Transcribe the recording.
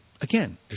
again